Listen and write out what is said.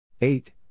eight